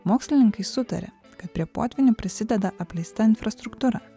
mokslininkai sutaria kad prie potvynių prisideda apleista infrastruktūra